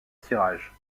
tirage